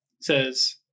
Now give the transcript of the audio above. says